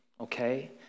okay